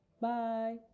Bye